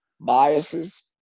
biases